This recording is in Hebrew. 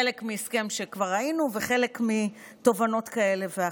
חלק מהסכם שכבר ראינו וחלק מתובנות כאלה ואחרות.